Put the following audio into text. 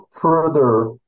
further